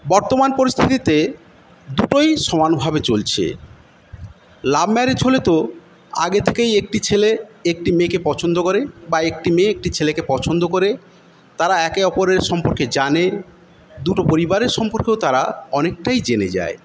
বর্তমান পরিস্থিতিতে দুটোই সমানভাবে চলছে লাভ ম্যারেজ হলে তো আগে থেকেই একটি ছেলে একটি মেয়েকে পছন্দ করে বা একটি মেয়ে একটি ছেলেকে পছন্দ করে তারা একে অপরের সম্পর্কে জানে দুটো পরিবারের সম্পর্কেও তারা অনেকটাই জেনে যায়